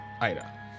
Ida